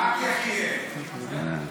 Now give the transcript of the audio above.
ואום כולתום, אין, אין.